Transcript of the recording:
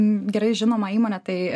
gerai žinoma įmonė tai